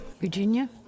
Virginia